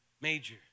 Major